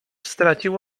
stracił